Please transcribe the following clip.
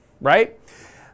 right